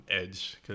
edge